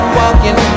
walking